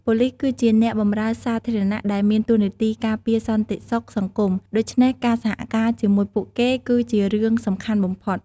ប៉ូលិស គឺជាអ្នកបម្រើសាធារណៈដែលមានតួនាទីការពារសន្តិសុខសង្គម ដូច្នេះការសហការជាមួយពួកគេ គឺជារឿងសំខាន់បំផុត។